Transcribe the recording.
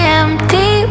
empty